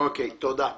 תודה.